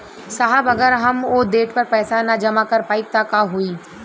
साहब अगर हम ओ देट पर पैसाना जमा कर पाइब त का होइ?